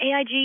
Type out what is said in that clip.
AIG